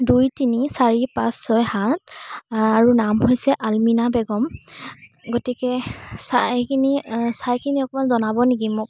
দুই তিনি চাৰি পাঁচ ছয় সাত আৰু নাম হৈছে আলমিনা বেগম গতিকে চাইকিনি চাইকিনি অকমান জনাব নেকি মোক